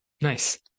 Nice